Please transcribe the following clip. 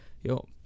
yo